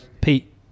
pete